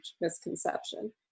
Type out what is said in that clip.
misconception